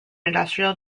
industrial